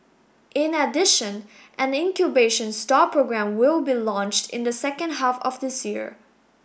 in addition an incubation stall programme will be launched in the second half of this year